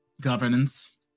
governance